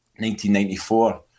1994